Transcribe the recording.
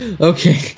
Okay